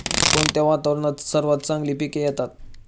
कोणत्या वातावरणात सर्वात चांगली पिके येतात?